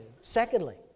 Secondly